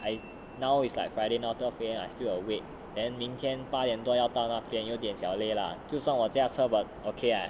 I now is like friday now twelve A_M I still awake then 明天八点多要到那边有点小累 lah 就算我驾车 but okay ah